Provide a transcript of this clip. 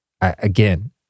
again